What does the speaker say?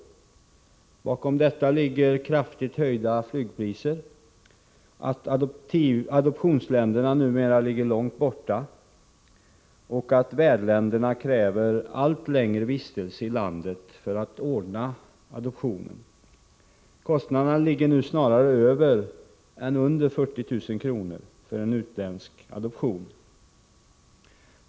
Bakom det ligger kraftigt höjda flygpriser, att adoptionsländerna numera ligger långt borta och att värdländerna kräver allt längre vistelse i landet för att ordna adoptionen. Kostnaderna ligger nu snarare över än under 40 000 kr. för en utländsk adoption.